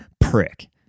prick